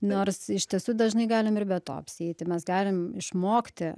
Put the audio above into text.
nors iš tiesų dažnai galim ir be to apsieiti mes galim išmokti